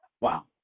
Wow